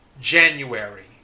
January